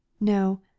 No